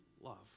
love